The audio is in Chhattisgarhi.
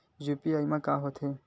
यू.पी.आई मा का होथे?